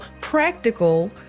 practical